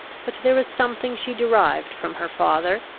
but there was something she derived from her father,